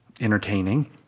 entertaining